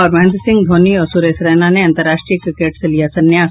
और महेन्द्र सिंह धोनी और सुरेश रैना ने अंतर्राष्ट्रीय क्रिकेट से लिया संन्यास